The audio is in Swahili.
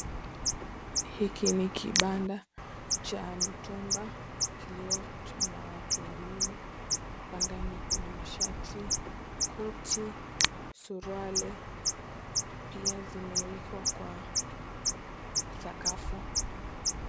Hiki ni kibanda cha mtumba, kilicho na watu wawili. Hapa ndani kuna mashati, koti, suruali pia zimewekwa kwa sakafu.